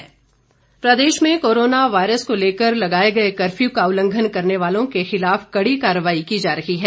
police प्रदेश में corona virus को लेकर लगाई गए कफ्यू का उल्लंघन करने वालों के खिलाफ कड़ी कार्रवाई की जा रही है